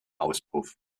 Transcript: auspuff